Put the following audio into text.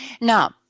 Now